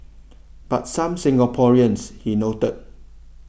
but some Singaporeans he noted